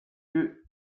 yeux